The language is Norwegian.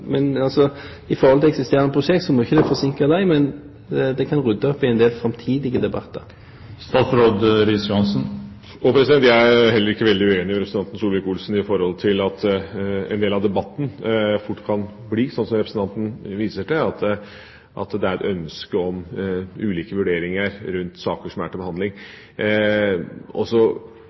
må ikke forsinke eksisterende prosjekt, men det kan rydde opp i en del framtidige debatter. Jeg er heller ikke veldig uenig med representanten Solvik-Olsen i at en del av debatten fort kan bli sånn som representanten viser til, at det er et ønske om ulike vurderinger rundt saker som er til behandling.